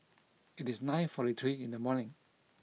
it is nine forty three in the morning